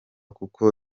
kuko